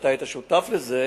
אתה היית שותף לזה,